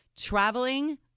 traveling